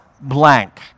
blank